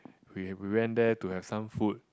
we have we went there to have some food